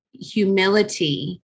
humility